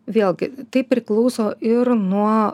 vėlgi tai priklauso ir nuo